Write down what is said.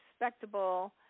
respectable